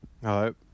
Hello